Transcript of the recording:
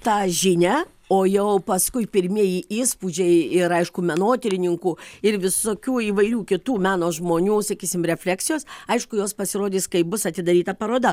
tą žinią o jau paskui pirmieji įspūdžiai ir aišku menotyrininkų ir visokių įvairių kitų meno žmonių sakysim refleksijos aišku jos pasirodys kai bus atidaryta paroda